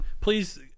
please